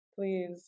Please